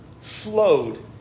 flowed